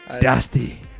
Dusty